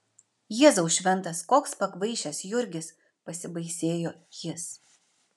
jėzau šventas koks pakvaišęs jurgis pasibaisėjo jis